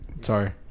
Sorry